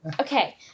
Okay